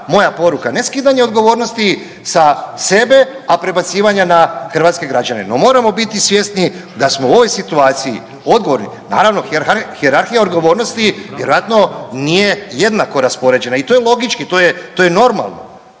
moja poruka, ne skidanje odgovornosti sa sebe, a prebacivanja na hrvatske građane. No, moramo biti svjesni da smo u ovoj situaciji odgovorni. Naravno, hijerarhija odgovornosti vjerojatno nije jednako raspoređena i to je logički, to je normalno,